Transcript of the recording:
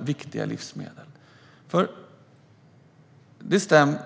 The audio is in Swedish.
viktiga livsmedel.